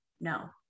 no